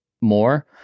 more